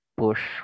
push